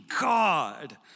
God